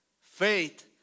Faith